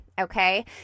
okay